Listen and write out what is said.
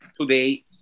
today